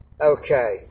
Okay